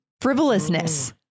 Frivolousness